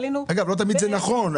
לא תמיד זה נכון.